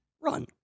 run